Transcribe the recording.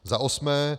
Za osmé.